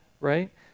right